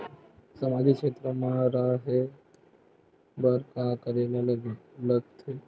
सामाजिक क्षेत्र मा रा हे बार का करे ला लग थे